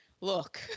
Look